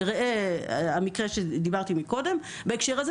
ראה המקרה שדיברתי עליו קודם בהקשר הזה,